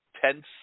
tense